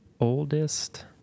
Oldest